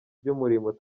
ry’umurimo